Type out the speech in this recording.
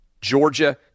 Georgia